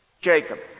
Jacob